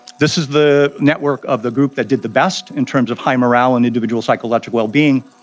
this is the network of the group that did the best in terms of higher morale and individual psychological well-being.